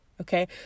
Okay